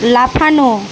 লাফানো